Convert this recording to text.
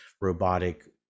robotic